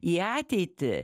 į ateitį